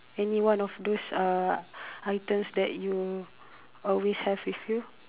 any one of those uh items that you always have with you